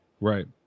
Right